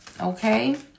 okay